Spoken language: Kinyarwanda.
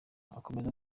akomeza